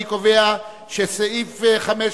אני קובע שסעיף 5,